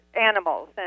animals